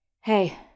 Hey